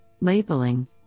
labeling